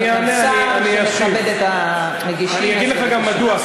אני אגיד לך גם מדוע.